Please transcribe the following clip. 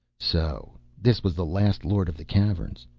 so this was the last lord of the caverns.